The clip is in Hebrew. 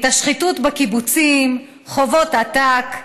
את השחיתות בקיבוצים, חובות עתק,